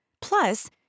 Plus